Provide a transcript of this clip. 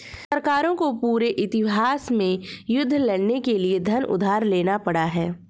सरकारों को पूरे इतिहास में युद्ध लड़ने के लिए धन उधार लेना पड़ा है